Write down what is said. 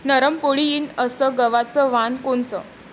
नरम पोळी येईन अस गवाचं वान कोनचं?